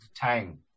tang